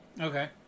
Okay